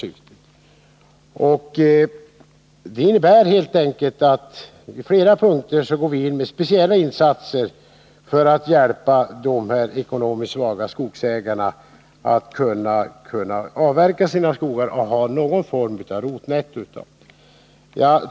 På flera punkter går vi in med speciella insatser för att hjälpa de ekonomiskt svaga skogsägarna att avverka sina skogar och få någon form av rotnetto av det.